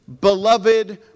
beloved